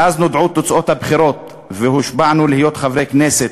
מאז נודעו תוצאות הבחירות והושבענו להיות חברי כנסת